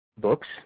books